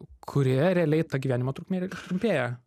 kurioje realiai ta gyvenimo trukmė ir trumpėja